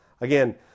Again